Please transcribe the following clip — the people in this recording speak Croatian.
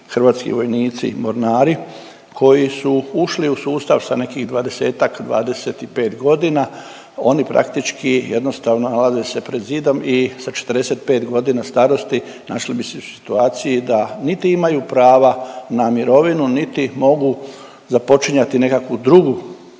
hrvatski vojnici, mornari, koji su ušli u sustav sa nekih 20-ak, 25 godina, oni praktički jednostavno nalaze se pred zidom i sa 45 godina starosti, našli bi se u situaciji da niti imaju prava na mirovinu niti mogu započinjati nekakvu drugu